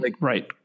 right